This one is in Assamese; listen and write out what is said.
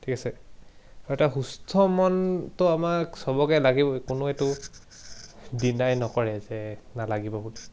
ঠিক আছে আৰু এটা সুস্থ মনটো আমাক চবকে লাগিব কোনো এইটো ডিনাই নকৰে যে নালাগিব বুলি